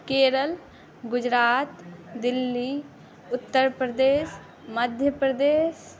Kerala Gujarat Delhi Uttar Pradesh Madhya Pradesh